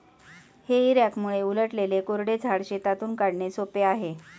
हेई रॅकमुळे उलटलेले कोरडे झाड शेतातून काढणे सोपे आहे